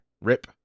Rip